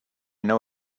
know